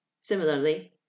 Similarly